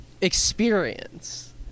Experience